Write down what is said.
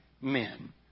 men